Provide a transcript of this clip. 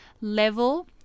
level